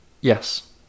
Yes